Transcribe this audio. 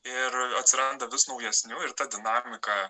ir atranda vis naujesnių ir ta dinamika